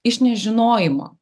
iš nežinojimo